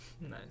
Nice